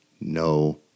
no